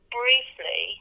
briefly